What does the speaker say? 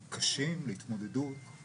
בלי לקרוא לאותו עובד לעדות ולקבל ממנו עדות מלאה,